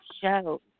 show